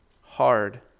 hard